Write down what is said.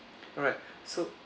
alright so